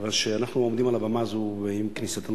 כיוון שאנחנו עומדים על הבמה הזאת עם כניסתנו